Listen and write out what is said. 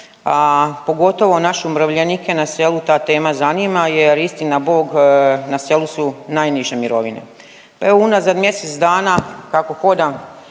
pogotovo naše umirovljenike na selu ta tema zanima jer istina Bog na selu su najniže mirovine.